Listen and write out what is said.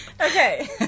Okay